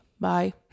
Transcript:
bye